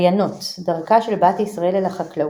עיינות דרכה של בת ישראל אל החקלאות,